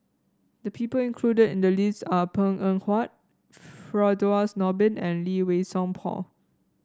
the people included in the list are Png Eng Huat Firdaus Nordin and Lee Wei Song Paul